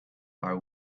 are